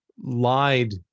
lied